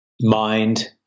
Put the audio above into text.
mind